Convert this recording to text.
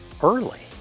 early